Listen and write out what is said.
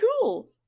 cool